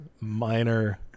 minor